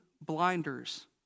blinders